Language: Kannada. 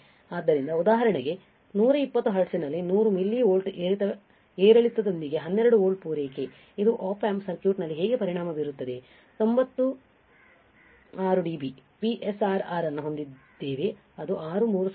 ಆದ್ದರಿಂದ ಉದಾಹರಣೆಗೆ 120 ಹರ್ಟ್ಜ್ನಲ್ಲಿ 100 ಮಿಲಿ ವೋಲ್ಟ್ ಏರಿಳಿತದೊಂದಿಗೆ 12 ವೋಲ್ಟ್ ಪೂರೈಕೆ ಇದು Op amp ಸರ್ಕ್ಯೂಟ್ನಲ್ಲಿ ಹೇಗೆ ಪರಿಣಾಮ ಬೀರುತ್ತದೆ 90 6 dB ಯ PSRR ಅನ್ನು ಹೊಂದಿದ್ದೇವೆ ಅದು 63000 ಆಗಿದೆ